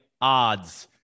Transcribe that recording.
odds